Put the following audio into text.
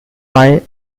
five